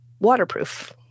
waterproof